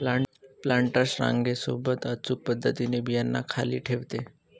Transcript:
planters रांगे सोबत अचूक पद्धतीने बियांना खाली ठेवते